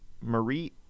Marie